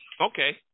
okay